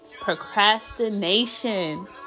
procrastination